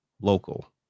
local